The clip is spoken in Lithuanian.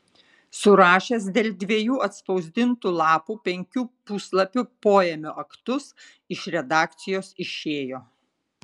surašęs dėl dviejų atspausdintų lapų penkių puslapių poėmio aktus iš redakcijos išėjo